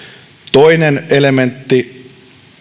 toinen elementti